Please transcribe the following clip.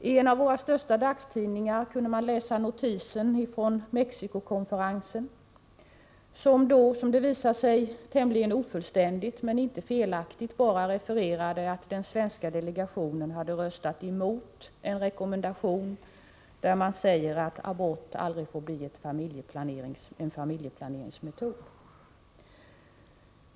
I en av våra största dagstidningar kunde man läsa en notis från Mexicokonferensen, som då — som det visat sig tämligen ofullständigt men inte felaktigt — bara refererade att den svenska delegationen hade röstat emot en rekommendation där det sägs att abort aldrig får bli en familjeplaneringsmetod.